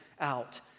out